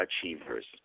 Achievers